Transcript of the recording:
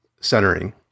centering